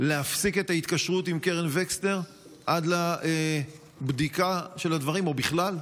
להפסיק את ההתקשרות עם קרן וקסנר עד לבדיקה של הדברים או בכלל?